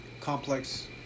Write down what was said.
complex